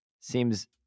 seems